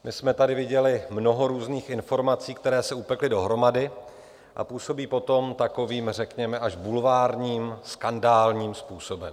My jsme tady viděli mnoho různých informací, které se upekly dohromady a působí potom takovým řekněme až bulvárním, skandálním způsobem.